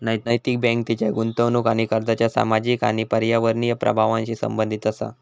नैतिक बँक तिच्या गुंतवणूक आणि कर्जाच्या सामाजिक आणि पर्यावरणीय प्रभावांशी संबंधित असा